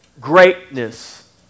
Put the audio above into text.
greatness